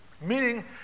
Meaning